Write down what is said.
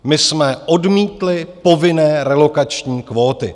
My jsme odmítli povinné relokační kvóty.